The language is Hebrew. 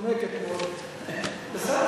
מנומקת מאוד,